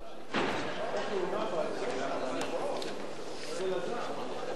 חוק לתיקון פקודת התעבורה (מס' 106),